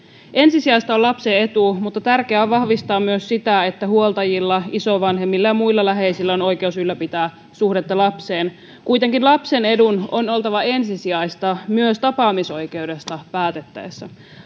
ensisijaista on lapsen etu mutta tärkeää on vahvistaa myös sitä että huoltajilla isovanhemmilla ja muilla läheisillä on oikeus ylläpitää suhdetta lapseen kuitenkin lapsen edun on oltava ensisijainen myös tapaamisoikeudesta päätettäessä